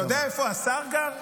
אתה יודע איפה השר גר?